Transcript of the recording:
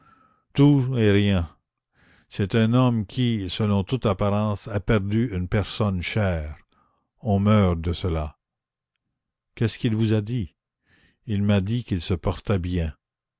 et rien c'est un homme qui selon toute apparence a perdu une personne chère on meurt de cela qu'est-ce qu'il vous a dit il m'a dit qu'il se portait bien